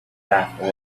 back